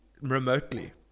remotely